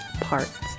parts